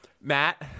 Matt